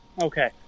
okay